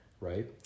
right